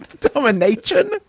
domination